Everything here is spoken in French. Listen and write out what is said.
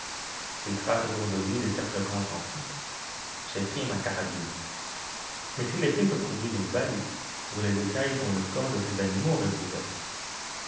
ils tracent autour de lui des cercles concentriques j'ai pris ma carabine mais quel effet peut produire une balle sur les écailles dont le corps de ces animaux est recouvert